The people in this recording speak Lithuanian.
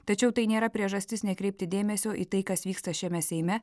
tačiau tai nėra priežastis nekreipti dėmesio į tai kas vyksta šiame seime